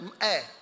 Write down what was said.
air